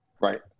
Right